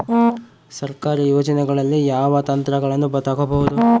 ಸರ್ಕಾರಿ ಯೋಜನೆಗಳಲ್ಲಿ ಯಾವ ಯಂತ್ರಗಳನ್ನ ತಗಬಹುದು?